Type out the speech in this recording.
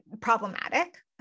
problematic